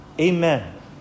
amen